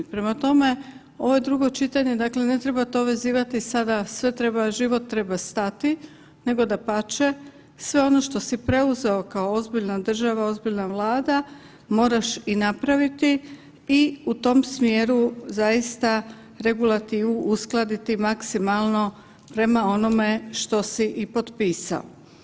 Prema tome, ovo je drugo čitanje dakle ne treba to vezivati sada sve treba, život treba stati nego dapače sve ono što si preuzeo kao ozbiljna država, ozbiljna Vlada, moraš i napraviti i u tom smjeru zaista regulativu uskladiti maksimalno prema onome što si i potpisao.